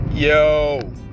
Yo